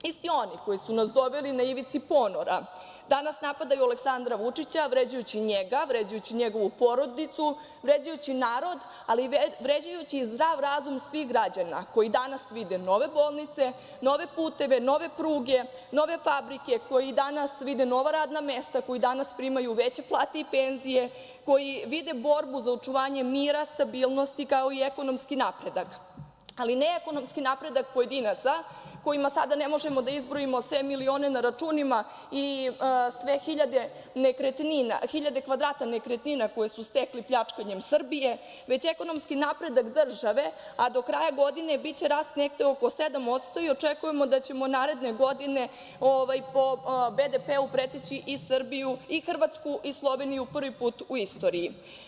Isti oni koji su nas doveli na ivicu ponora danas napadaju Aleksandra Vučića, vređajući njega, vređajući njegovu porodicu, vređajući narod, ali i vređajući zdrav razum svih građana koji danas vide nove bolnice, nove puteve, nove pruge, nove fabrike, koji danas vide nova radna mesta, koji danas primaju već plate i penzije, koji vide borbu za očuvanje mira, stabilnosti, kao i ekonomski napredak, ali ne ekonomski napredak pojedinaca kojima sada ne možemo da izbrojimo sve milione na računima i sve hiljade kvadrata nekretnina koje su stekli pljačkanjem Srbije, već ekonomski napredak države, a do kraja godine biće rast negde oko 7% i očekujemo da ćemo naredne godine po BDP-u preteći i Hrvatsku i Sloveniju prvi put u istoriji.